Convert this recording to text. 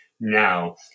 now